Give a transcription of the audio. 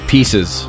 Pieces